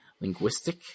linguistic